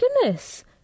goodness